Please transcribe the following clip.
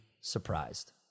surprised